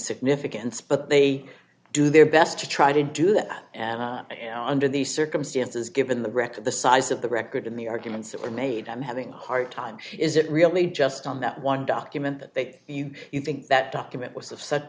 significance but they do their best to try to do that and under these circumstances given the record the size of the record in the arguments that were made i'm having a hard time is it really just on that one document that they you you think that document w